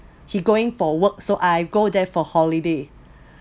he going for work so I go there for holiday